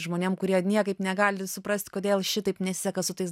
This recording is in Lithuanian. žmonėm kurie niekaip negali suprast kodėl šitaip nesiseka su tais